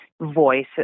voice